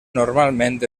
normalment